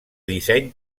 disseny